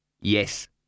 Yes